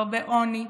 לא בעוני,